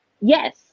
Yes